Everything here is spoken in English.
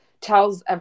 tells